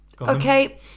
Okay